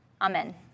Amen